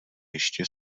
ještě